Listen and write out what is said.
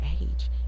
age